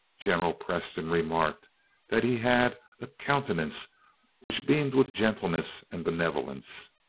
general preston remarked that he had a countenance which beamed with gentleness and benevolence.